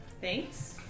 Thanks